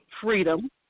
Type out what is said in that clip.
freedom